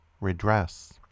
redress